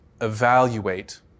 evaluate